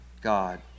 God